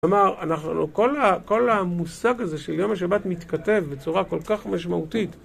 כלומר, כל המושג הזה של יום השבת מתכתב בצורה כל כך משמעותית